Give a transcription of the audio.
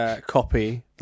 copy